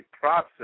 process